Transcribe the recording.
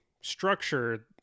structure